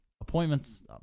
appointments